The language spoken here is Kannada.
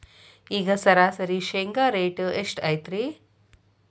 ಈಗ ಸರಾಸರಿ ಶೇಂಗಾ ರೇಟ್ ಎಷ್ಟು ಐತ್ರಿ?